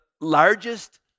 largest